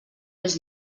més